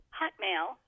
hotmail